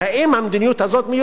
האם המדיניות הזאת,